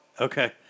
okay